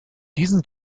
diesen